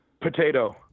Potato